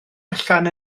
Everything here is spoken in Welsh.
allan